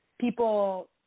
people